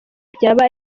byaba